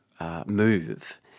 move